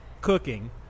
cooking